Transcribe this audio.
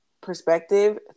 perspective